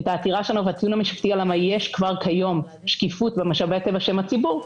את העתירה --- יש כבר כיום שקיפות במשאבי הטבע בשם הציבור,